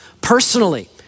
personally